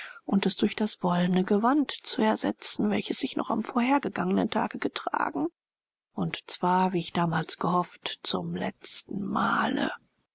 und es durch das wollene gewand zu ersetzen welches ich noch am vorhergegangenen tage getragen und zwar wie ich damals gehofft zum letzten male